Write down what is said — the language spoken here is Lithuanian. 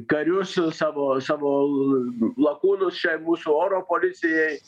karius savo savo lakūnus čia mūsų oro policijai